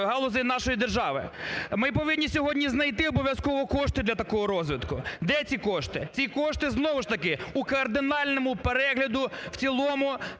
галузей нашої держави. Ми повинні сьогодні знайти обов'язково кошти для такого розвитку, де ці кошти? Ці кошти, знову ж таки, в кардинальному перегляду в цілому